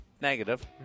negative